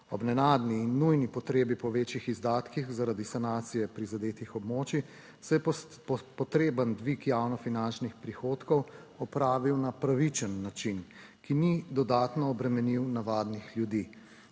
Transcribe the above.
Ob nenadni in nujni potrebi po večjih izdatkih zaradi sanacije prizadetih območij se je potreben dvig javnofinančnih prihodkov opravil na pravičen način, ki ni dodatno obremenil navadnih ljudi.